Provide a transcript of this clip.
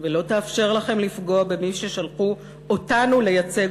ולא תאפשר לכם לפגוע במי ששלחו אותנו לייצג